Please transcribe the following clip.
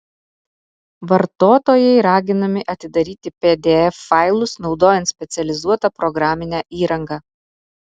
vartotojai raginami atidaryti pdf failus naudojant specializuotą programinę įrangą